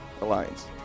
Alliance